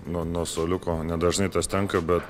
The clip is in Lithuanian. nuo nuo suoliuko nedažnai tas tenka bet